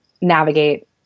navigate